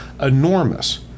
enormous